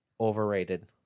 overrated